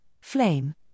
flame